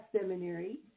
seminary